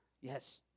Yes